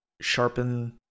sharpen